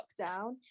lockdown